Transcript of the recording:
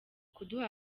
kuduha